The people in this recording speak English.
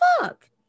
fuck